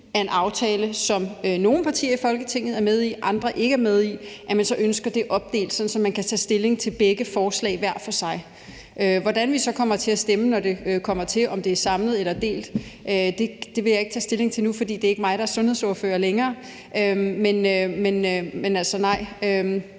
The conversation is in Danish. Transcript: er en aftale, som nogle partier i Folketinget er med i og andre ikke er med i, ønsker man opdelt, sådan at man kan tage stilling til begge forslag hver for sig. Hvordan vi så kommer til at stemme, når det kommer til, om de er samlet eller delt, vil jeg ikke tage stilling til nu, fordi det ikke er mig, der er sundhedsordfører længere. Men altså, nej,